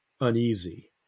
uneasy